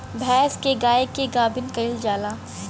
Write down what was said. बैल से गाय के गाभिन कइल जाला